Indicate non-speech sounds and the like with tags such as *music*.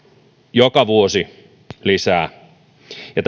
joka vuosi lisää ja *unintelligible*